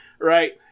right